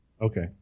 Okay